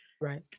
Right